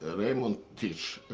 ah raymond tisch,